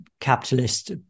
capitalist